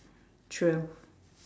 twelve